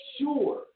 sure